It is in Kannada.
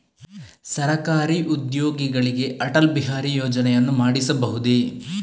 ಸರಕಾರಿ ಉದ್ಯೋಗಿಗಳಿಗೆ ಅಟಲ್ ಬಿಹಾರಿ ಯೋಜನೆಯನ್ನು ಮಾಡಿಸಬಹುದೇ?